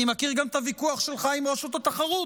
אני מכיר גם את הוויכוח שלך עם רשות התחרות.